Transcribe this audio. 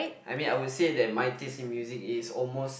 I mean I would say that my taste in music is almost